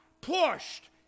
pushed